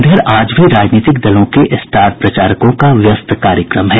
इधर आज भी राजनीतिक दलों के स्टार प्रचारकों का व्यस्त कार्यक्रम है